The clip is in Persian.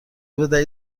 بدهید